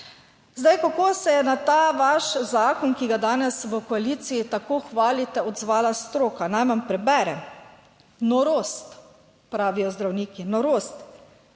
Zdaj, kako se je na ta vaš zakon, ki ga danes v koaliciji tako hvalite, odzvala stroka? Naj vam preberem. Norost, pravijo zdravniki, norost.